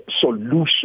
solution